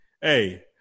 Hey